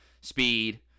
Speed